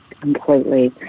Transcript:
completely